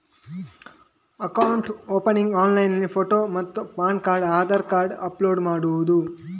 Account opening ಆನ್ಲೈನ್ನಲ್ಲಿ photo ಮತ್ತು PAN card Aadhaar card upload ಮಾಡುವುದು?